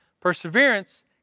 Perseverance